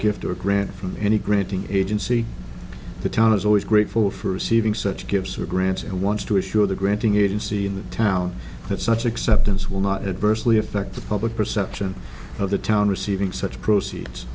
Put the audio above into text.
gifts or a grant from any granting agency the town is always great for for receiving such gives her grants and wants to assure the granting agency in the town that such acceptance will not adversely affect the public perception of the town receiving such proceeds